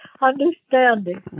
understanding